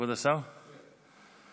כבוד השר, בבקשה.